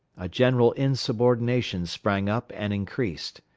a general insubordination sprang up and increased.